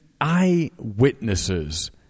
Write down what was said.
eyewitnesses